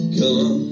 come